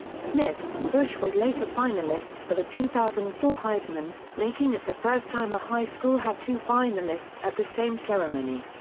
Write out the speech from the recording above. smith and bush were later finalists for the two thousand and four heisman, making it the first time a high school had two finalists at the same ceremony.